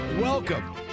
Welcome